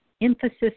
emphasis